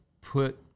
put